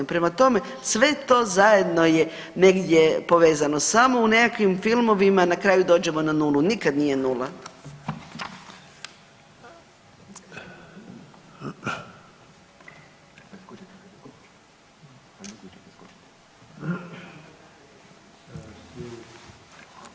Prema tome, sve to zajedno je negdje povezano, samo u nekakvim filmovima na kraju dođemo na nulu, nikad nije nula.